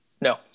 No